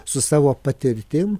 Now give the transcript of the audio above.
su savo patirtim